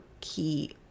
key